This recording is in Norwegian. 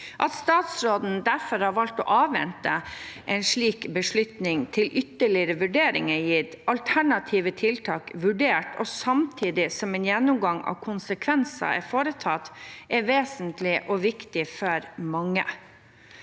At statsråden derfor har valgt å avvente en slik beslutning til ytterligere vurdering er gitt og alternative tiltak vurdert, samtidig som en gjennomgang av konsekvenser er foretatt, er vesentlig og viktig for mange.